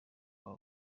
aba